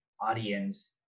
audience